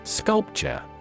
Sculpture